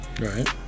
Right